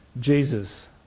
Jesus